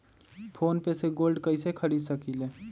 Phone पे से gold कईसे खरीद सकीले?